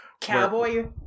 Cowboy